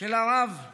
של הרב לאו,